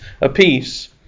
apiece